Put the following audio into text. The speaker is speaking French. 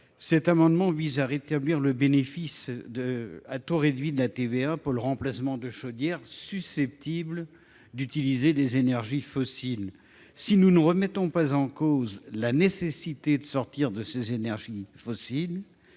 Cet amendement vise à rétablir le bénéfice de la TVA à taux réduit pour le remplacement d’une chaudière susceptible d’utiliser des énergies fossiles. Si nous ne remettons pas en cause la nécessité de sortir des énergies fossiles,